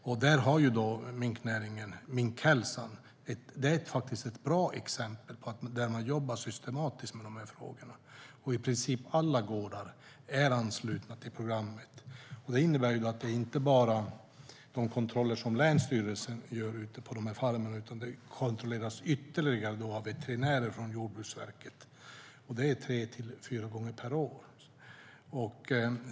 Minknäringen har Minkhälsan, som är ett bra exempel där man jobbar systematiskt med dessa frågor. I princip alla gårdar är anslutna till programmet. Det innebär att det inte bara är länsstyrelserna som gör kontroller ute på farmerna, utan de kontrolleras ytterligare av veterinärer från Jordbruksverket tre till fyra gånger per år.